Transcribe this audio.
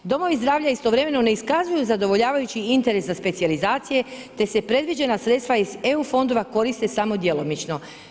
Domovi zdravlja istovremeno ne iskazuju zadovoljavajući interes za specijalizacije te se predviđena sredstva iz EU fondova koriste samo djelomično.